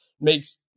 makes